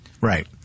Right